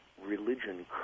religion